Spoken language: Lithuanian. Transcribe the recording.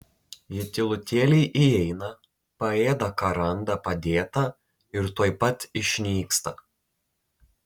ji tylutėliai įeina paėda ką randa padėta ir tuoj pat išnyksta